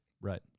Right